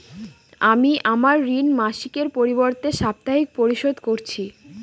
আমি আমার ঋণ মাসিকের পরিবর্তে সাপ্তাহিক পরিশোধ করছি